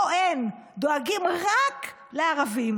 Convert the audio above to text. לא, אין, דואגים רק לערבים.